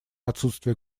отсутствия